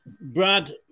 Brad